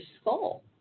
skull